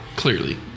Clearly